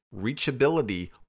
reachability